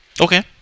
Okay